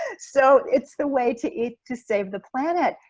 so it's the way to eat to save the planet.